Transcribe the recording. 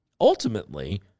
ultimately